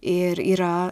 ir yra